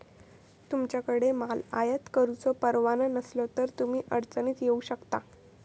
तुमच्याकडे माल आयात करुचो परवाना नसलो तर तुम्ही अडचणीत येऊ शकता